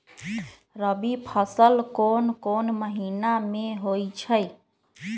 रबी फसल कोंन कोंन महिना में होइ छइ?